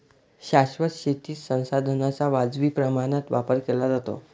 शाश्वत शेतीत संसाधनांचा वाजवी प्रमाणात वापर केला जातो